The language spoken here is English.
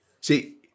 See